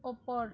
ওপৰ